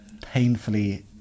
painfully